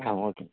ಹಾಂ ಓಕೆ